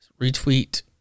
Retweet